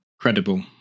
credible